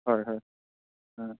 হয় হয়